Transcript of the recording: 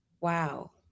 Wow